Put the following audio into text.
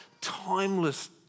timeless